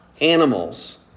animals